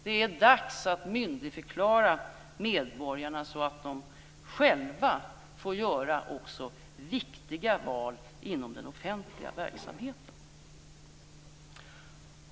Det är dags att myndigförklara medborgarna så att de själva får göra också viktiga val inom den offentliga verksamheten.